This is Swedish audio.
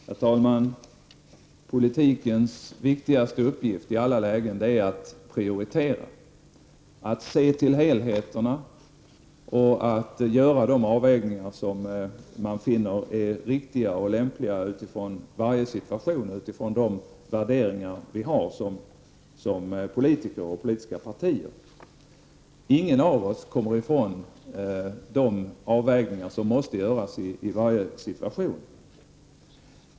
Herr talman! Politikens viktigaste uppgift i alla lägen är att prioritera, att se till helheten och att göra de avvägningar som man finner riktiga och lämpliga utifrån varje situation, med utgångspunkt i de värderingar vi har som politiker och politiska partier. Ingen av oss kommer ifrån de avvägningar som måste göras i varje situation.